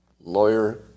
Lawyer